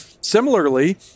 Similarly